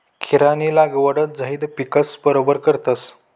खीरानी लागवड झैद पिकस बरोबर करतस